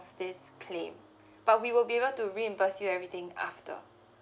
this claim but we will be able to reimburse you everything after